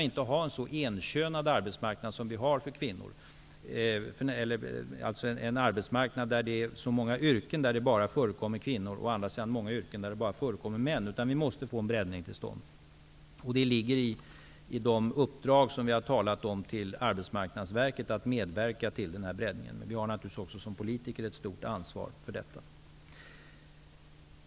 Arbetsmarknaden kan inte vara så enkönad som den nu är för kvinnor, dvs. en arbetsmarknad med så många yrken där det bara förekommer kvinnor och å andra sidan många yrken där det bara förekommer män, utan vi måste få en breddning till stånd. Det ligger i de uppdrag som har getts till Arbetsmarknadsverket att medverka till denna breddning. Vi har naturligtvis också som politiker ett stort ansvar för detta.